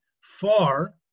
far